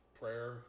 prayer